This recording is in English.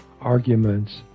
arguments